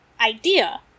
idea